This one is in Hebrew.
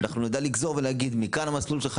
נדע לגזור ולהגיד מה מכאן המסלול שלו